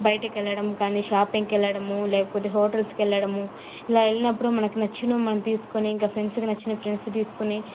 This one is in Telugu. బయటికి వెళ్లడము కానీ షాపింగ్కి వెళ్లడము లేకపోతే హోటల్స్కి వెళ్లడము ఇలా వెళ్ళినప్పుడు మనకు నచ్చినవి మనము తీసుకుని ఇంకా ఫ్రెండ్స్కి నచ్చిన ఫ్రెండ్స్ తీసుకొని